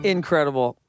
Incredible